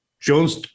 Jones